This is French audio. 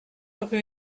rue